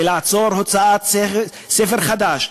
ולעצור הוצאת ספר חדש,